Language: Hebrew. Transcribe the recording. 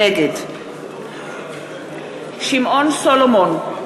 נגד שמעון סולומון,